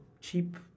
cheap